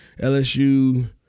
LSU